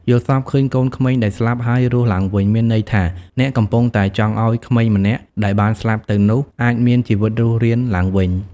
យល់សប្តិឃើញកូនក្មេងដែលស្លាប់ ហើយរស់ឡើងវិញ មានន័យថា អ្នកកំពុងតែចង់ឲ្យក្មេងម្នាក់ ដែលបានស្លាប់ទៅនោះ អាចមានជីវិតរស់រានឡើងវិញ។